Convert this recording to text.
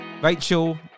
Rachel